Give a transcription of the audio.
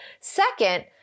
Second